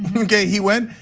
okay, he went,